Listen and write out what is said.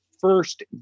first